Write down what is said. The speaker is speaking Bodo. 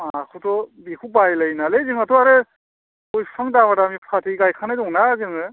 माखौथ' बेखौ बायलायनाङालै जोंहाथ' आरो गय फिफां दामा दामि फाथै गायखानाय दङना जोङो